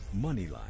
Moneyline